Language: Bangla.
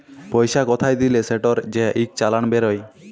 পইসা কোথায় দিলে সেটর যে ইক চালাল বেইরায়